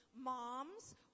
Moms